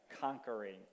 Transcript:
conquering